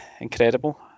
incredible